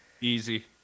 Easy